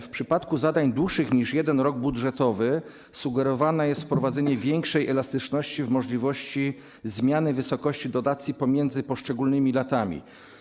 W przypadku zadań dłuższych niż na jeden rok budżetowy sugerowane jest wprowadzenie większej elastyczności w możliwości zmiany wysokości dotacji pomiędzy poszczególnymi latami.